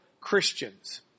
Christians